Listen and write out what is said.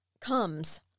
comes